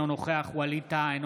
אינו נוכח ווליד טאהא,